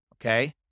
okay